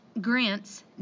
Grant's